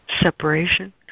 separation